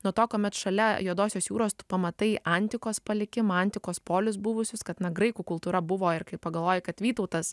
nuo to kuomet šalia juodosios jūros tu pamatai antikos palikimą antikos polius buvusius kad na graikų kultūra buvo ir kai pagalvoji kad vytautas